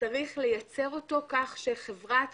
יש לייצרו כך שחברת